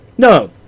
No